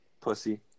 Pussy